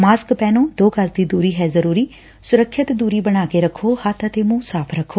mask ਪਹਿਨੋ ਦੋ ਗਜ਼ ਦੀ ਦੁਰੀ ਹੈ ਜ਼ਰੁਰੀ ਸੁਰੱਖਿਅਤ ਦੂਰੀ ਬਣਾ ਕੇ ਰਖੋ ਹੱਬ ਅਤੇ ਮੁੰਹ ਸਾਫ਼ ਰੱਖੋ